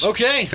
Okay